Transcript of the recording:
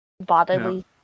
bodily